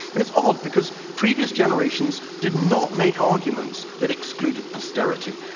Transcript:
and it's odd because previous generations did not make arguments that excluded posterity.